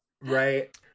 Right